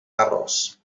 aros